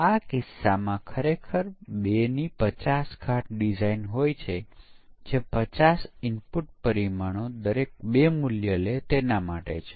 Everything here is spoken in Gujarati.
ચાલો હું તે ફરી કહું છું કે એક પરીક્ષણ કેસ સામાન્ય રીતે યોગ્ય કાર્યક્ષમતાને તપાસવાનો પ્રયત્ન કરે છે અને આપણે તેને ચલાવતાં કેટલાક પ્રોગ્રામ એલિમેન્ટ ને આવરી લેવામાં આવે છે